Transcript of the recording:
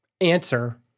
answer